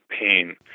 pain